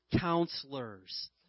counselors